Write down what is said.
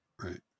Right